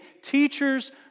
teachers